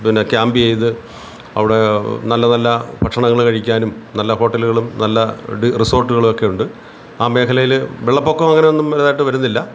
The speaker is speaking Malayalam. പിന്നെ ക്യാമ്പ് ചെയ്ത് അവിടെ നല്ല നല്ല ഭക്ഷണങ്ങൾ കഴിക്കാനും നല്ല ഹോട്ടലുകളും നല്ല റിസോർട്ടുകളും ഒക്കെ ഉണ്ട് ആ മേഖലയിൽ വെള്ളപ്പൊക്കം അങ്ങനെ ഒന്നും ഇതായിട്ട് വരുന്നില്ല